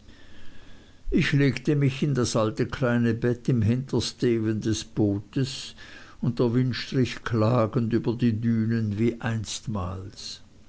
ich legte mich in das alte kleine bett im hintersteven des bootes und der wind strich klagend über die dünen wie einstmals